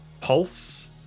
pulse